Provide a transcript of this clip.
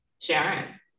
Sharon